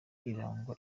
iragwa